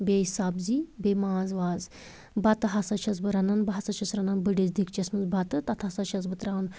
بیٚیہِ سبزی بیٚیہِ ماز واز بتہٕ ہسا چھَس بہٕ رَنان بہٕ ہسا چھَس رَنان بٔڑِس دِکچَس منٛز بَتہٕ تَتھ ہسا چھَس بہٕ تراوان